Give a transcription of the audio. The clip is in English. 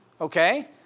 Okay